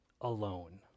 alone